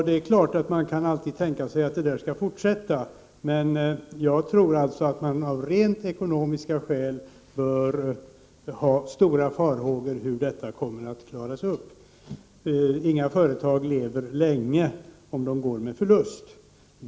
Det är klart att man kan tänka sig att den ökningen skall fortsätta, men jag tror att det finns anledning av rent ekonomiska skäl att hysa stora farhågor för hur det kommer att gå. Inga företag lever länge om de går med förlust.